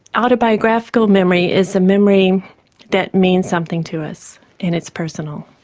autobiographical memory is a memory that means something to us and it's personal.